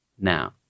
Now